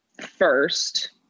first